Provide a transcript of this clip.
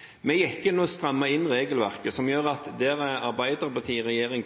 vi kom i regjering. Vi gikk inn og strammet inn regelverket, noe som gjør at der Arbeiderparti-regjeringen